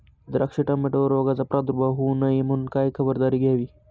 द्राक्ष, टोमॅटोवर रोगाचा प्रादुर्भाव होऊ नये म्हणून काय खबरदारी घ्यावी?